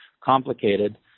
complicated